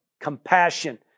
Compassion